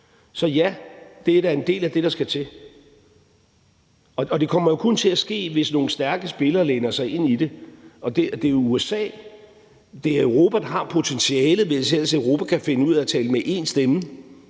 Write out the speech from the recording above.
Så ja, det er da en del af det, der skal til, og det kommer jo kun til at ske, hvis nogle stærke spillere går ind i det. Det er USA, og det er Europa, der har potentialet, hvis ellers Europa kan finde ud af at tale med én stemme.